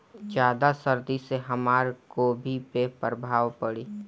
ज्यादा सर्दी से हमार गोभी पे का प्रभाव पड़ी?